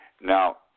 Now